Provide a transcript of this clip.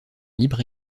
libre